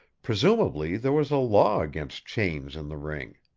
presumably there was a law against chains in the ring.